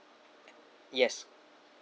yes